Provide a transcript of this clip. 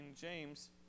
James